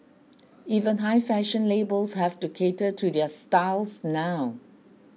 even high fashion labels have to cater to their styles now